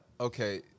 okay